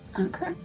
Okay